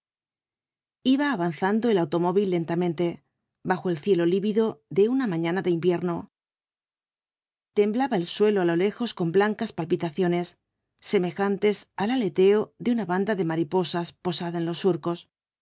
iba avanzando el automóvil lentamente bajo el cielo lívido de una mañana de invierno temblaba el suelo á lo lejos con blancas palpitaciones semejantes al aleteo de una banda de mariposas posada en los surcos